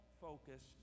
focused